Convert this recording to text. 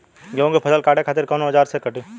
गेहूं के फसल काटे खातिर कोवन औजार से कटी?